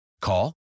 Call